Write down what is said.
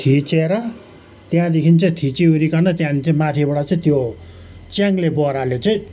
थिचेर त्यहाँदेखि चाहिँ थिचीओरिकन त्यहाँदेखि चाहिँ त्यो माथिबाट चाहिँ त्यो च्याङ्ले बोराले चाहिँ